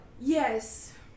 Yes